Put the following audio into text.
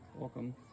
Welcome